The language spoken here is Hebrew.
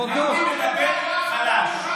הייתי מדבר חלש,